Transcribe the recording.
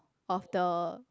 of the